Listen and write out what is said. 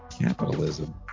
capitalism